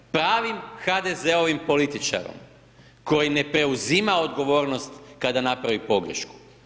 Pravim HDZ-ovim političarom koji ne preuzima odgovornost kada napravi pogrešku.